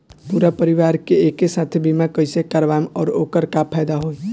पूरा परिवार के एके साथे बीमा कईसे करवाएम और ओकर का फायदा होई?